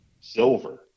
silver